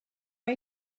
mae